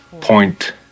point